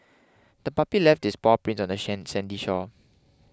the puppy left its paw prints on the sandy shore